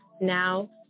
now